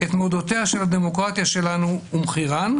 את מורדותיה של הדמוקרטיה שלנו ומחירן,